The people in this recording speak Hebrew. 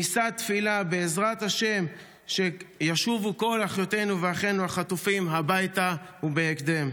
נישא תפילה שבעזרת השם ישובו כל אחיותינו ואחינו החטופים הביתה ובהקדם.